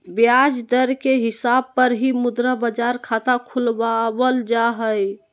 ब्याज दर के हिसाब पर ही मुद्रा बाजार खाता खुलवावल जा हय